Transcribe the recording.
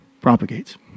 propagates